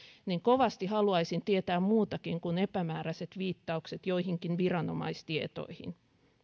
niin kovasti haluaisin tietää muutakin kuin epämääräiset viittaukset joihinkin viranomaistietoihin